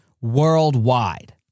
worldwide